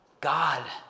God